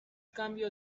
cambio